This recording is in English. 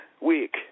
week